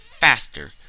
faster